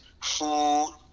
food